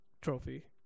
trophy